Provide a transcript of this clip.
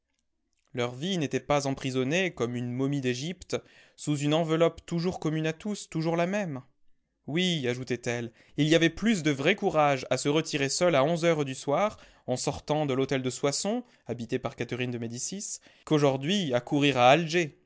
leur vie n'était pas emprisonnée comme une momie d'égypte sous une enveloppe toujours commune à tous toujours la même oui ajoutait-elle il y avait plus de vrai courage à se retirer seul à onze heures du soir en sortant de l'hôtel de soissons habité par catherine de médicis qu'aujourd'hui à courir à alger